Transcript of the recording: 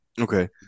Okay